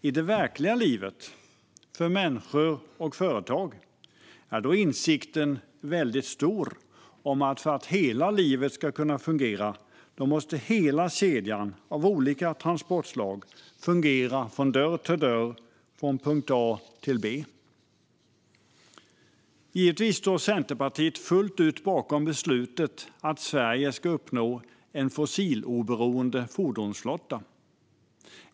I det verkliga livet, för människor och företag, är insikten stor om att för att hela livet ska kunna fungera måste hela kedjan av olika transportslag fungera från dörr till dörr och från punkt A till punkt B. Givetvis står Centerpartiet fullt ut bakom beslutet att Sverige ska uppnå en fossiloberoende fordonsflotta.